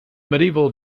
medieval